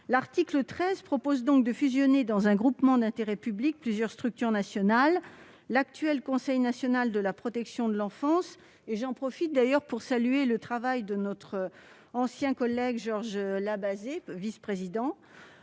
L'article 13 prévoit donc de fusionner dans un groupement d'intérêt public plusieurs structures nationales, dont l'actuel Conseil national de la protection de l'enfance- j'en profite pour saluer le travail de notre ancien collègue Georges Labazée, vice-président